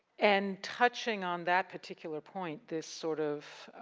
and, touching on that particular point, this sort of